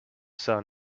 sun